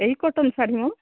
ଏଇ କଟନ୍ ଶାଢ଼ୀ ମ